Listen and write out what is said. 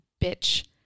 bitch